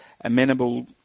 Amenable